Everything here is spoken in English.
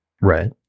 Right